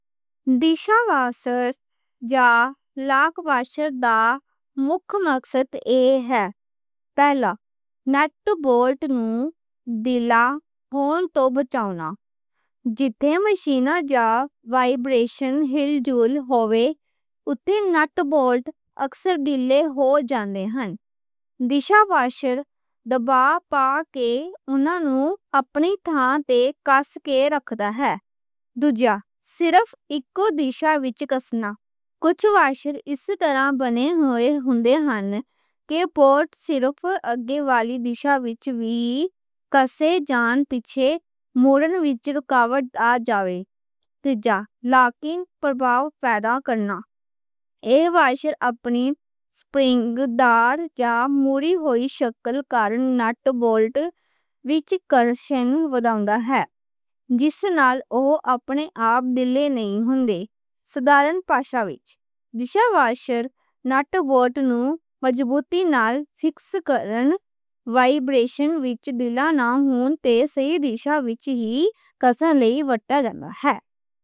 سمت واشر یا lock washer دا مک مقصد ہے۔ پہلا، نٹ بولٹ نوں ڈھیلا ہون توں بچاؤنا۔ جتھے مشیناں جا وائبریشاں ہل ہووے اتھے نٹ بولٹ اکثر ڈھیلے ہو جان ہن۔ سمت واشر دبا پا کے اونہاں نوں اپنی تھاں تے کس کے رکھدا ہے۔ دوجا، صرف اکو سمت وچ کسنا۔ کجھ واشر اس طرح بنے ہوئی ہوندے ہن کہ بولٹ صرف اگے والی سمت وچ وی کسے جان پچھے موڑن وچ رکاوٹ آ جاوے۔ تیجا، لاکنگ پراوا پیدا کرنا۔ ایہہ واشر اپنی سپرنگ دار یا مُڑی ہوئی شکل کارن نٹ بولٹ وچ کرشن وداندا ہے۔ جس نال اوہ اپنے آپ ڈھیلے نہیں ہوندے۔ سادہ پاشا وچ، سمت واشر نٹ بولٹ نوں مضبوطی نال فکس کرن وائبریشن وچ ڈھیلا نہ ہون تے صحیح سمت وچ ہی کسن لئی وٹھیا جانا ہے۔